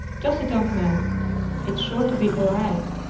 toss it off, man it's sure to be all right.